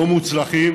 לא מוצלחים.